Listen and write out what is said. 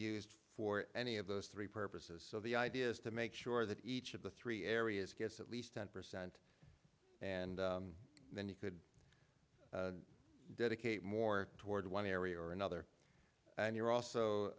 used for any of those three purposes so the idea is to make sure that each of the three areas gets at least ten percent and then you could dedicate more toward one area or another and you're also